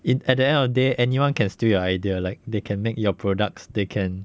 in at the end of the day anyone can steal your idea like they can make your products they can